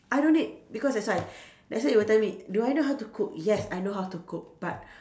I don't need because that's why that's why you will tell me do I know how to cook yes I know how to cook but